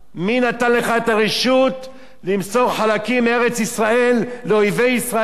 מי נתן לך את הרשות למסור חלקים מארץ-ישראל לאויבי ישראל,